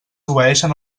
obeeixen